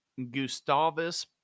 Gustavus